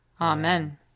Amen